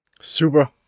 Super